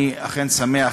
אני אכן שמח